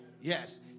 Yes